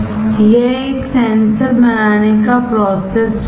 यह एक सेंसर बनाने का प्रोसेस फ्लो है